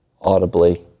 Audibly